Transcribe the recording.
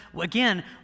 again